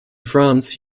france